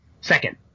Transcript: second